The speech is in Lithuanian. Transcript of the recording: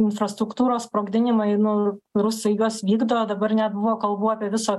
infrastruktūros sprogdinimai nu rusai juos vykdo dabar nebuvo kalbų apie viso